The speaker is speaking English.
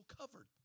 covered